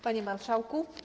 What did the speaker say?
Panie Marszałku!